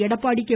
Edappadi K